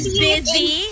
busy